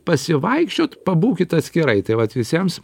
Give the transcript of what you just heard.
pasivaikščiot pabūkit atskirai tai vat visiems